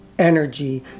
energy